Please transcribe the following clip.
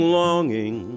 longing